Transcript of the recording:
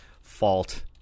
fault